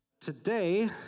Today